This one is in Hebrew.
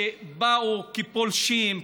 שבאו כפולשים,